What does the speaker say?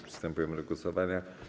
Przystępujemy do głosowania.